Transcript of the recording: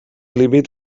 límit